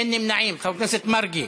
על הצעת חוק הגנה על זכויות אמנים במוזיקה,